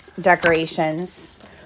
decorations